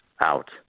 out